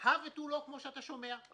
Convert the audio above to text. הא ותו לא, כמו שאתה שומע.